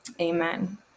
Amen